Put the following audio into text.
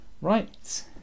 Right